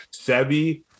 sebi